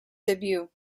debut